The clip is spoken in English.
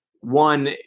one